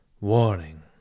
warning